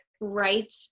right